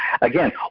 again